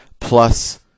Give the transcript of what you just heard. plus